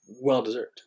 well-deserved